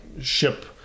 ship